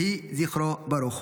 יהי זכרו ברוך.